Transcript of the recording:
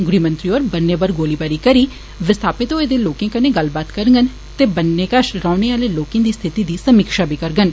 गृह मंत्री होर बन्ने पर गोलाबारी करी विस्थापित होए दे लोकें कन्नै गल्लबात करङन ते बन्नें कश रौहने आहले लोकें दी स्थिति दी समीक्षा बी करङन